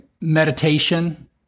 meditation